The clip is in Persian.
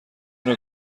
نوع